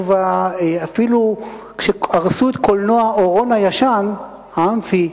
אפילו כשהרסו את קולנוע "אורון" הישן, האמפי,